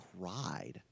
cried